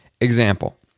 Example